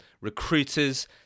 recruiters